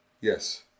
Yes